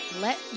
Let